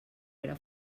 era